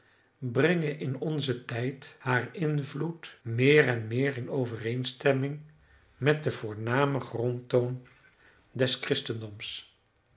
brengen in onzen tijd haar invloed meer en meer in overeenstemming met den voornamen grondtoon des